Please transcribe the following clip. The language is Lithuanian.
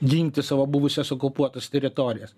ginti savo buvusias okupuotas teritorijas